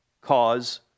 cause